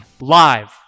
Live